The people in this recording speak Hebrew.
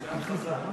הסגן חזן.